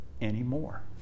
anymore